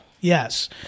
Yes